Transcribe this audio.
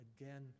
again